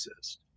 exist